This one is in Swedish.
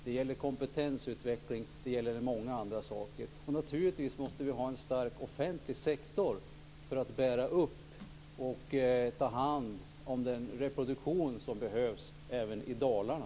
Det gäller kompetensutveckling och många andra saker. Och naturligtvis måste vi ha en stark offentlig sektor för att bära upp och ta hand om den reproduktion som behövs även i Dalarna.